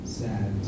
sad